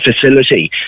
facility